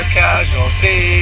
casualty